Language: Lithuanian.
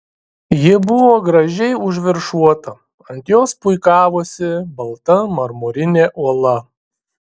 ji buvo gražiai užviršuota ant jos puikavosi balta marmurinė uola